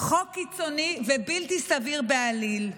חוק קיצוני ובלתי סביר בעליל.